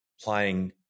playing